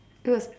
to a